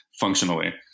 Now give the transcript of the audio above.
functionally